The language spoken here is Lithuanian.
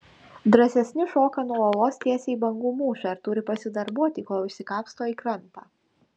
drąsesni šoka nuo uolos tiesiai į bangų mūšą ir turi pasidarbuoti kol išsikapsto į krantą